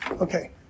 okay